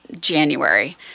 January